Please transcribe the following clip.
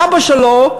האבא שלו,